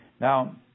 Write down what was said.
Now